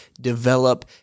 develop